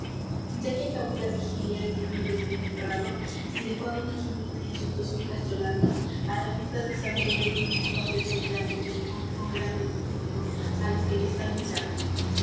ya que acabó la vigilia aquel noble cid honrado y dejó á doña jimena y á sus dos fijas llorando á la vista de san pedro en un espacioso llano dijo con grande denuedo á los que le están mirando